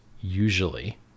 usually